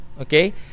Okay